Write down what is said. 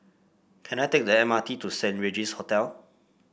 can I take the M R T to Saint Regis Hotel